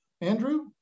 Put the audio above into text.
Andrew